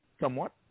somewhat